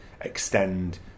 extend